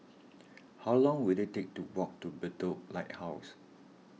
how long will it take to walk to Bedok Lighthouse